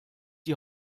die